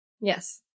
Yes